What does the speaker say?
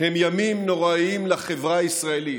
הם ימים נוראים לחברה הישראלית,